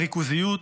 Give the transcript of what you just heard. בריכוזיות,